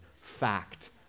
fact